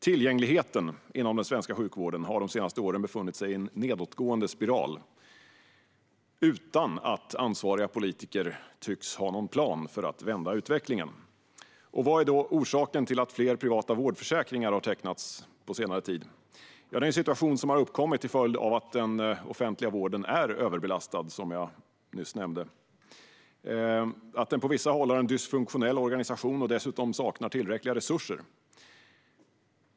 Tillgängligheten inom den svenska sjukvården har de senaste åren befunnit sig i en nedåtgående spiral utan att ansvariga politiker tycks ha någon plan för att vända utvecklingen. Vad är orsaken till att allt fler privata vårdförsäkringar har tecknats på senare tid? Det är en situation som har uppkommit till följd av att den offentliga vården är överbelastad, som jag nyss nämnde, och att den på vissa håll har en dysfunktionell organisation och dessutom saknar tillräckliga resurser.